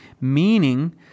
meaning